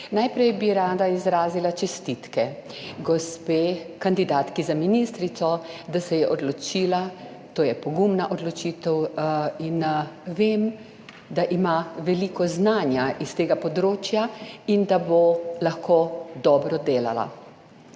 Najprej bi rada izrazila čestitke gospe kandidatki za ministrico, da se je odločila. To je pogumna odločitev in vem, da ima veliko znanja iz tega področja in da bo lahko dobro delala.